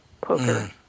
poker